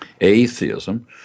atheism